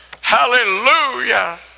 Hallelujah